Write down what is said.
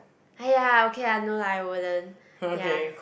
!aiya! okay lah no lah I wouldn't ya